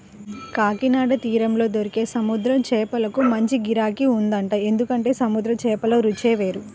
కాకినాడ తీరంలో దొరికే సముద్రం చేపలకు మంచి గిరాకీ ఉంటదంట, ఎందుకంటే సముద్రం చేపల రుచే వేరు